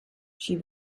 she